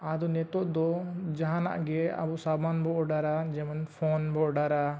ᱟᱫᱚ ᱱᱤᱛᱚᱜ ᱫᱚ ᱡᱟᱦᱟᱱᱟᱜ ᱜᱮ ᱟᱵᱚ ᱥᱟᱢᱟᱱ ᱵᱚᱱ ᱚᱰᱟᱨᱟ ᱡᱮᱢᱚᱱ ᱯᱷᱳᱱ ᱵᱚᱱ ᱚᱰᱟᱨᱟ